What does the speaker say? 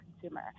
consumer